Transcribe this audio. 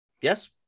Yes